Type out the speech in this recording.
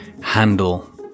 handle